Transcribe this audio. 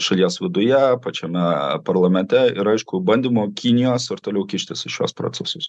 šalies viduje pačiame parlamente ir aišku bandymo kinijos ir toliau kištis į šiuos procesus